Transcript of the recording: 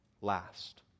last